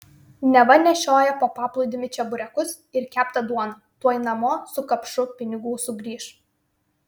neva nešioja po paplūdimį čeburekus ir keptą duoną tuoj namo su kapšu pinigų sugrįš